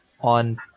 on